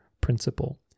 principle